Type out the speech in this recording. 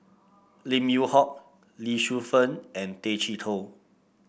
Lim Yew Hock Lee Shu Fen and Tay Chee Toh